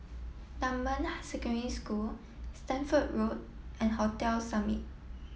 Dunman Secondary School Stamford Road and Hotel Summit